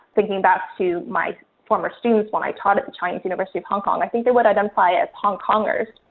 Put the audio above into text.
thinking back to my former students, when i taught at the chinese university of hong kong, i think they would identify as hong kongers.